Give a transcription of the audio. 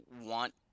want